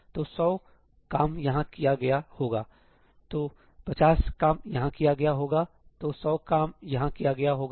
तो 100 काम यहाँ किया गया होगा तो 50 काम यहाँ किया गया होगातो 100 काम यहाँ किया गया होगा